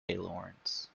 lawrence